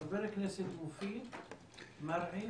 חבר הכנסת מופיד מרעי,